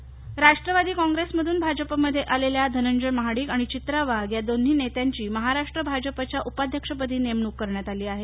भाजप नियक्ती राष्ट्रवादी कॉप्रेसमधून भाजपमध्ये आलेल्या धनंजय महाडीक आणि धित्रा वाघ यादोन्ही नेत्यांची महाराष्ट्र भाजपच्या उपाध्यक्षपदी नेमणूक करण्यात आली आहे